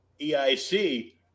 EIC